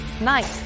Night